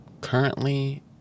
currently